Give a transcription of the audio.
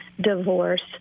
divorce